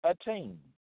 attain